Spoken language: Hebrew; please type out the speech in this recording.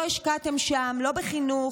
כשלא השקעתם שם לא בחינוך,